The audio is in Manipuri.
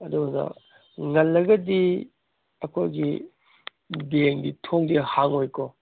ꯑꯗꯨꯅ ꯉꯜꯂꯒꯗꯤ ꯑꯩꯈꯣꯏꯒꯤ ꯕꯦꯡꯒꯤ ꯊꯣꯡꯁꯦ ꯍꯥꯡꯉꯣꯏꯀꯣ